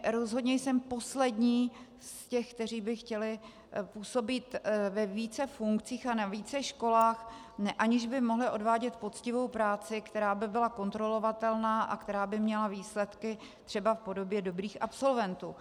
Rozhodně jsem poslední z těch, kteří by chtěli působit ve více funkcích a na více školách, aniž by mohli odvádět poctivou práci, která by byla kontrolovatelná a která by měla výsledky třeba v podobě dobrých absolventů.